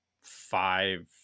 five